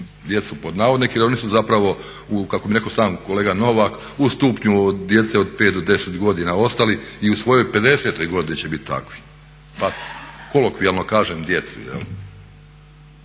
djecu pod navodnike, jer oni su zapravo kako je rekao sam kolega Novak u stupnju djece od 5 do 10 godina ostali i u svojoj 50 godini će biti takvi, pa kolokvijalno kažem djeci.